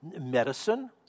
medicine